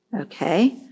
okay